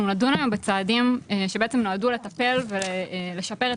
אנחנו נדון היום בצעדים שנועדו לטפל ולשפר את